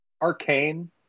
Arcane